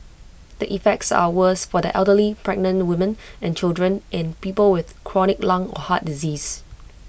the effects are worse for the elderly pregnant women and children and people with chronic lung or heart disease